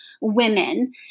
women